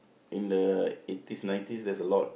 in the eighties nineties there's a lot